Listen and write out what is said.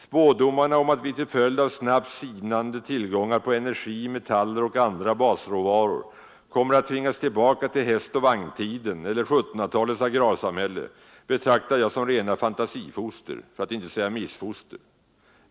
Spådomarna om att vi till följd av snabbt sinande tillgångar på energi, metaller och andra basråvaror kommer att tvingas tillbaka till hästoch vagntiden eller 1700-talets agrarsamhälle, betraktar jag som rena fantasifoster, för att inte säga missfoster.